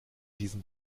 diesem